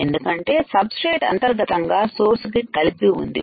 ఎందుకంటే substrate అంతర్గతంగా source కి కలిపి ఉంది